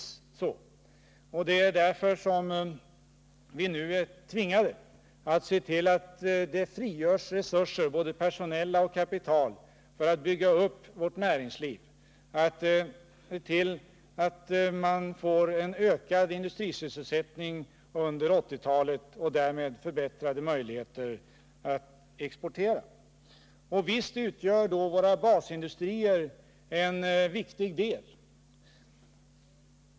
Ja, det är precis så. Därför är vi nu tvungna att se till att det frigörs resurser — det gäller både personella resurser och kapital — så att vi kan bygga upp vårt näringsliv och se till att vi får en ökad industrisysselsättning under 1980-talet. Därmed får vi större möjligheter att exportera. Visst utgör våra basindustrier en viktig del härvidlag.